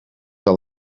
wel